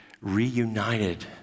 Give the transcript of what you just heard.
reunited